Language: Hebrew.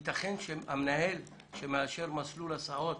יתכן שהמנהל שמאשר מסלול הסעות,